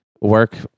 work